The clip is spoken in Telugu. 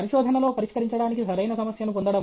పరిశోధనలో పరిష్కరించడానికి సరైన సమస్యను పొందడం